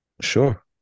Sure